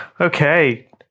Okay